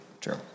True